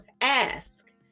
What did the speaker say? ask